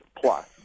plus